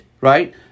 right